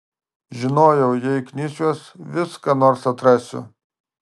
žinojau jei knisiuos vis ką nors atrasiu